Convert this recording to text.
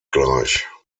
gleich